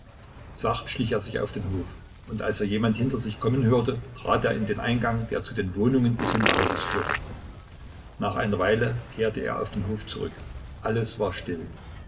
sacht schlich er sich auf den hof und als er jemand hinter sich kommen hörte trat er in den eingang der zu den wohnungen des hinterhauses führte nach einer weile kehrte er auf den hof zurück alles war still